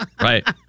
right